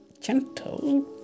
gentle